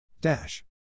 Dash